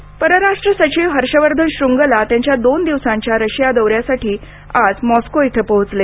श्रंगला परराष्ट्र सचिव हर्षवर्धन श्रंगला त्यांच्या दोन दिवसांच्या रशिया दौऱ्यासाठी आज मॉस्को इथं पोहोचले